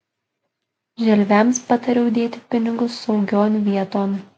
želviams patariau dėti pinigus saugion vieton